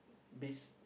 this